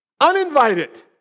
Uninvited